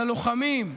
על הלוחמים,